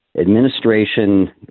administration